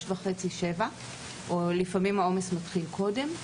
וחצי-שבע ולפעמים העומס מתחיל עוד קודם.